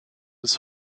bis